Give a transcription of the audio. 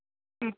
ഉം